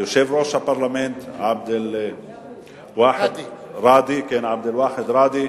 ליושב-ראש הפרלמנט עבד-אלואחד אלראדי,